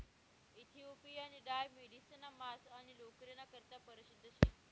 इथिओपियानी डाय मेढिसना मांस आणि लोकरना करता परशिद्ध शे